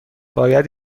باید